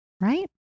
right